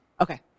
Okay